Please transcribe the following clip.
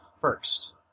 first